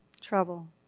trouble